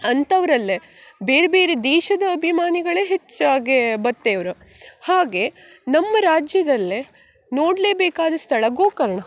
ಅಂಥವರಲ್ಲೇ ಬೇರೆ ಬೇರೆ ದೇಶದ ಅಭಿಮಾನಿಗಳೇ ಹೆಚ್ಚಾಗಿ ಬತ್ತೇವ್ರ ಹಾಗೆ ನಮ್ಮ ರಾಜ್ಯದಲ್ಲೇ ನೋಡಲೇಬೇಕಾದ ಸ್ಥಳ ಗೋಕರ್ಣ